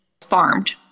farmed